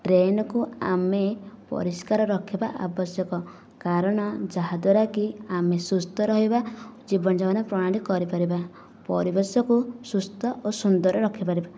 ଡ୍ରେନ୍କୁ ଆମେ ପରିଷ୍କାର ରଖିବା ଆବଶ୍ୟକ କାରଣ ଯାହାଦ୍ଵାରା କି ଆମେ ସୁସ୍ଥ ରହିବା ଜୀବନ ଯାପନ ପ୍ରଣାଳୀ କରିପାରିବା ପରିବେଶକୁ ସୁସ୍ଥ ଓ ସୁନ୍ଦର ରଖିପାରିବା